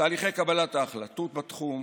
תהליכי קבלת החלטות בתחום,